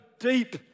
Deep